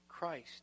Christ